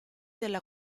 della